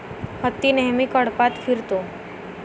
हत्ती नेहमी कळपात फिरतो